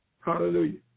Hallelujah